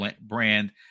brand